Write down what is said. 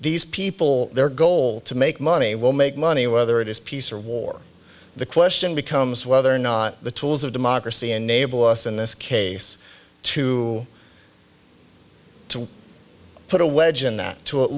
these people their goal to make money will make money whether it is peace or war the question becomes whether or not the tools of democracy enable us in this case too to put a wedge in that to at